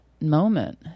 moment